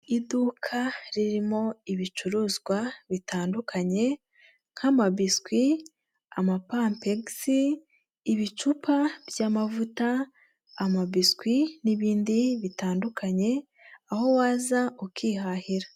Iduka ririmo ibicuruzwa bitandukanye nk'amabiswi, amapampex, ibicupa by'mavuta, amabiswi n'ibindi itandukanye aho waza ukihahira.